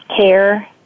care